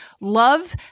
Love